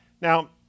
Now